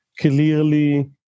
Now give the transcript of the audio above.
clearly